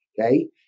okay